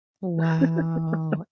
Wow